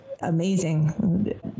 Amazing